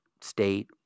state